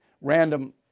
Random